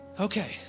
Okay